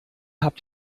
habt